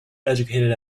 educated